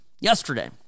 yesterday